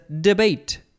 debate